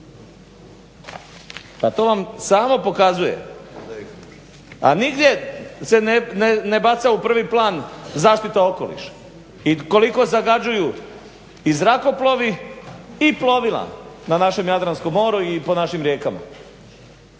pa to vam samo pokazuje, a nigdje se ne baca u prvi plan zaštita okoliša i koliko zagađuju i zrakoplovi i plovila na našem Jadranskom moru i po našim rijekama,